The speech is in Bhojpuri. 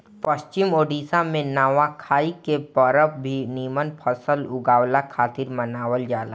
पश्चिम ओडिसा में नवाखाई के परब भी निमन फसल उगला खातिर मनावल जाला